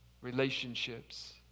relationships